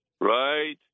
Right